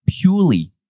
purely